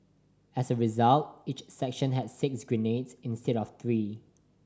as a result each section had six grenades instead of three